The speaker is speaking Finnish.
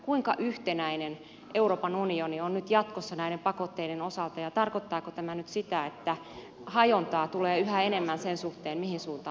kuinka yhtenäinen euroopan unioni on nyt jatkossa näiden pakotteiden osalta ja tarkoittaako tämä nyt sitä että hajontaa tulee yhä enemmän sen suhteen mihin suuntaan tulee mennä